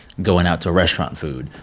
going out to restaurant food,